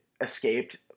escaped